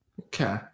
Okay